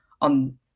on